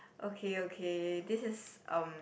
okay okay this is um